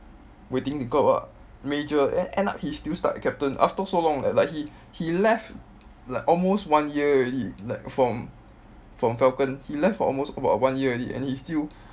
waiting to go up ah major then end up he still stuck at captain after so long leh like he he left like almost one year already like from from falcon he left for almost about one year already and then he still